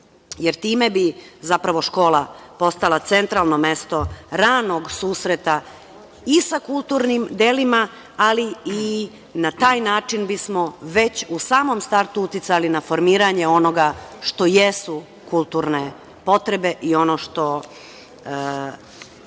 jer time bi, zapravo, škola postala centralno mesto ranog susreta i sa kulturnim delima, ali i na taj način bismo već u samom startu uticali na formiranje onoga što jesu kulturne potrebe i ono što